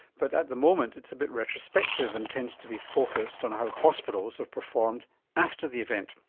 but at the moment it's a bit retrospective and tends to be focused on how hospitals have performed after the event.